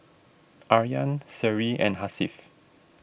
Aryan Seri and Hasif